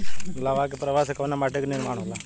लावा क प्रवाह से कउना माटी क निर्माण होला?